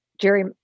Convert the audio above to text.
Jerry